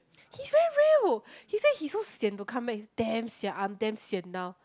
he's very real he say he so sian to come back it's damn sian I'm damn sian now